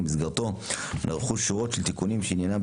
במסגרתו נערכו שורה של תיקונים שעניינם,